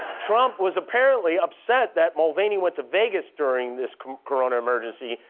trump was apparently upset that mulvaney went to vegas during this corona emergency.